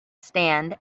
stand